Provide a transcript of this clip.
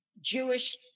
Jewish